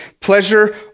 pleasure